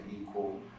equal